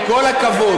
עם כל הכבוד,